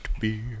beer